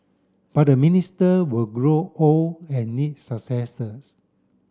but the minister will grow old and need successors